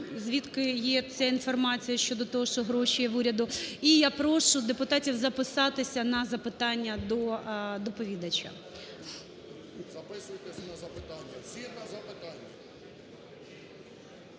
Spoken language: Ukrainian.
звідки є ця інформація щодо того, що гроші в уряду. І я прошу депутатів записатися на запитання до доповідача.